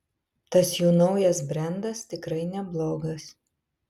tas jų naujas brendas tikrai neblogas